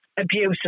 abusive